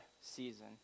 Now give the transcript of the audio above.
season